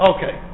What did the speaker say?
Okay